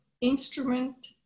instrument